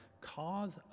cause